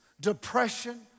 depression